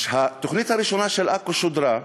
התוכנית הראשונה, של עכו, שודרה.